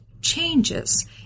changes